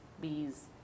bees